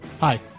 Hi